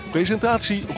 Presentatie